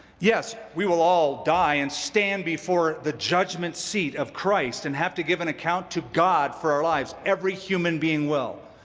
yes, we will all die and stand before the judgment seat of christ, and have to give an account to god for our lives, every human being will.